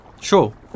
Sure